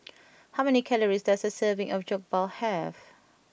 how many calories does a serving of Jokbal have